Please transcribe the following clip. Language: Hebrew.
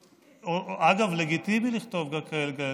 אגב, לגיטימי לכתוב כאלה דברים.